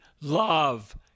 love